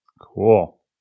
Cool